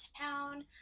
town